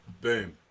Boom